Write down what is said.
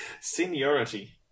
Seniority